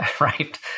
right